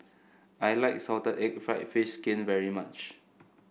I like Salted Egg fried fish skin very much